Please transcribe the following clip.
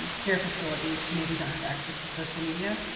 care facilities who maybe don't have access to social media.